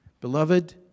Beloved